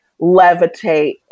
levitate